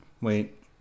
wait